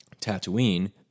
Tatooine